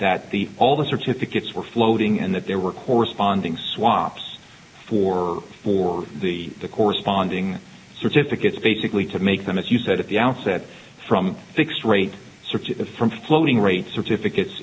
that the all the certificates were floating and that there were corresponding swaps for for the corresponding certificates basically to make them as you said at the outset from a fixed rate such as from floating rate certificates